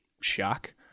shock